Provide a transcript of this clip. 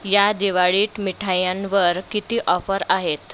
या दिवाळीत मिठायांवर किती ऑफर आहेत